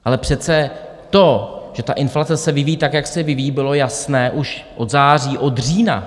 Ale přece to, že ta inflace se vyvíjí tak, jak se vyvíjí, bylo jasné už od září, od října.